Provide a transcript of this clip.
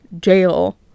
jail